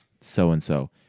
so-and-so